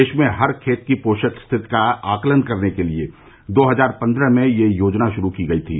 देश में हर खेत की पोषक स्थिति का आकलन करने के लिए दो हजार पन्द्रह में यह योजना शुरू की गई थी